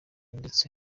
ndetse